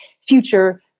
future